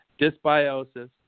Dysbiosis